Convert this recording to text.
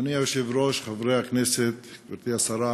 אדוני היושב-ראש, חברי הכנסת, גברתי השרה,